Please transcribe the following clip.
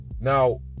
Now